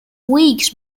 weeks